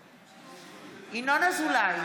בהצבעה ינון אזולאי,